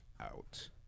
out